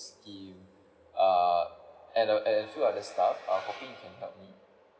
scheme uh and few other stuff probably you can help me